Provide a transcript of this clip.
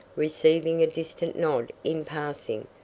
receiving a distant nod in passing,